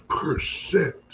percent